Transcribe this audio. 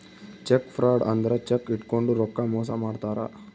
check fraud ಅಂದ್ರ check ಇಟ್ಕೊಂಡು ರೊಕ್ಕ ಮೋಸ ಮಾಡ್ತಾರ